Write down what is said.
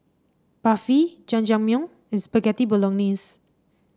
Barfi Jajangmyeon and Spaghetti Bolognese